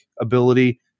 ability